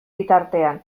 bitartean